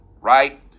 Right